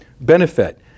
benefit